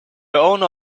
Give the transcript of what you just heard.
owner